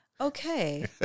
Okay